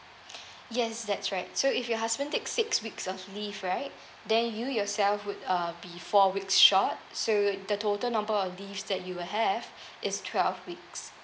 yes that's right so if your husband takes six weeks of leave right then you yourself would uh be four weeks short so the total number of leaves that you will have is twelve weeks